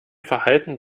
verhalten